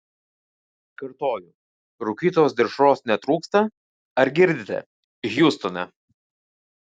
kartoju rūkytos dešros netrūksta ar girdite hjustone